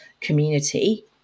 community